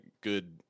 good